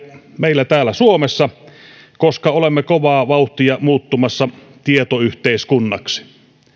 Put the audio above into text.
meillä täällä suomessa koska olemme kovaa vauhtia muuttumassa tietoyhteiskunnaksi